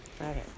Okay